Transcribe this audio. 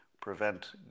prevent